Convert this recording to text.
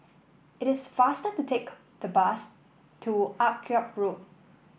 it is faster to take the bus to Akyab Road